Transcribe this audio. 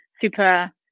super